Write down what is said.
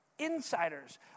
insiders